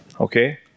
Okay